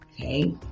okay